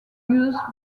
used